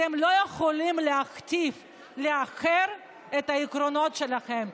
אתם לא יכולים להכתיב לאחר את העקרונות שלכם.